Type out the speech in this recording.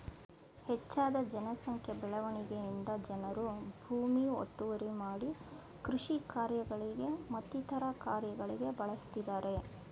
ಹೆಚ್ಜದ ಜನ ಸಂಖ್ಯೆ ಬೆಳವಣಿಗೆಯಿಂದ ಜನರು ಭೂಮಿ ಒತ್ತುವರಿ ಮಾಡಿ ಕೃಷಿ ಕಾರ್ಯಗಳಿಗೆ ಮತ್ತಿತರ ಕಾರ್ಯಗಳಿಗೆ ಬಳಸ್ತಿದ್ದರೆ